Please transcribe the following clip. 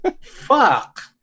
Fuck